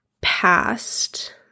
past